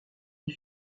des